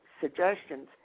suggestions